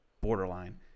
borderline